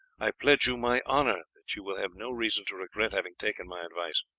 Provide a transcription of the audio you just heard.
i pledge you my honour that you will have no reason to regret having taken my advice.